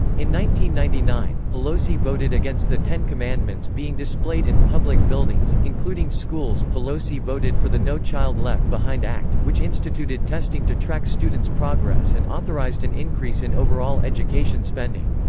ninety ninety nine, pelosi voted against the ten commandments being displayed in public buildings, including schools pelosi voted for the no child left behind act, which instituted testing to track students' progress and authorized an increase in overall education spending.